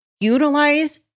utilize